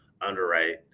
underwrite